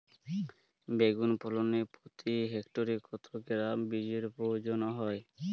বেগুন ফলনে প্রতি হেক্টরে কত গ্রাম বীজের প্রয়োজন হয়?